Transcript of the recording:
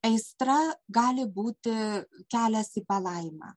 aistra gali būti kelias į palaimą